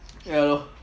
ya lor